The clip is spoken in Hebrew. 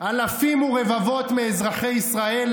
ברומו של עולם,